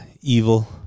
Evil